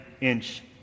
inch